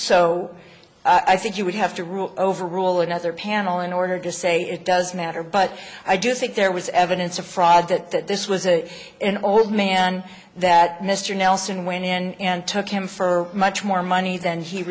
so i think you would have to rule over rule another panel in order to say it does matter but i do think there was evidence of fraud that this was a an old man that mr nelson went in and took him for much more money than he